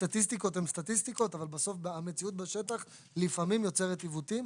הסטטיסטיקות הן סטטיסטיקות אבל בסוף המציאות בשטח לפעמים יוצרת עיוותים.